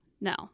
no